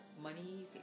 money